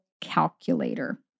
calculator